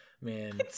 man